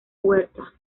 huerta